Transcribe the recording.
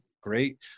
great